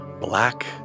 black